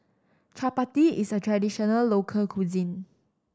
chappati is a traditional local cuisine